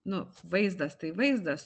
nu vaizdas tai vaizdas